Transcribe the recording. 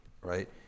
right